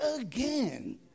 again